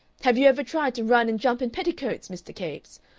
have you ever tried to run and jump in petticoats, mr. capes?